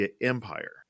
empire